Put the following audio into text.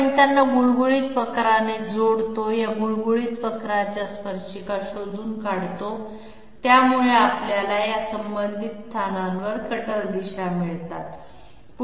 आपण त्यांना गुळगुळीत वक्राने जोडतो या गुळगुळीत वक्राच्या स्पर्शिका शोधून काढतो त्यामुळे आपल्याला या संबंधित स्थानांवर कटर दिशा मिळतात